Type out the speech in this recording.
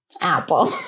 Apple